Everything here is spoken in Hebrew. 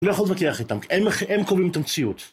אני לא יכול להתווכח איתם, הם קובעים את המציאות.